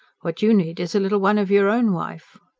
what you need is a little one of your own, wife.